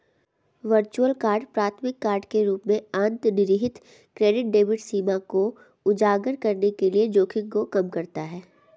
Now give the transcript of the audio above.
virtual card प्राथमिक card के रूप में अंतर्निहित क्रेडिट डेबिट सीमा को उजागर करने के जोखिम को कम करता है